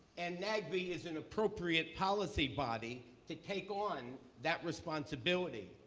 and nagb is an appropriate policy body to take on that responsibility,